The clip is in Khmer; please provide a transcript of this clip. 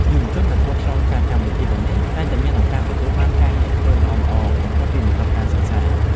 យុវជនដែលធ្លាប់ឆ្លងកាត់កម្មវិធីទាំងនេះតែងតែមានឱកាសទទួលបានការងារធ្វើល្អៗបន្ទាប់ពីបញ្ចប់ការសិក្សា។